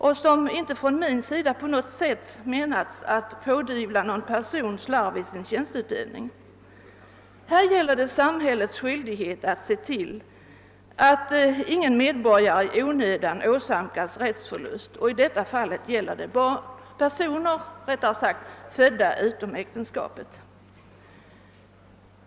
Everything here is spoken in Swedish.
Jag har inte avsett att anklaga någon person för slarv i sin tjänsteutövning. Vad det gäller är samhällets skyldighet att se till att ingen medborgare i onödan åsamkas rättsförlust, i detta fall personer födda utom äktenskapet.